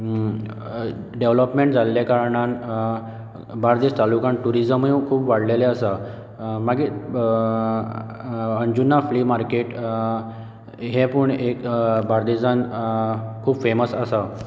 development जाल्ले कारणान बार्देज तालुकांत ट्युरीजमूय खूब वाडलेलें आसा मागीर अंजुना फ्री मार्केट हें पूण एक बार्देजांत खूब फेमस आसा